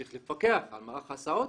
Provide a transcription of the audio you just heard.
צריך לפקח על מערך ההסעות.